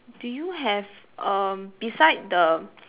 do you have um beside the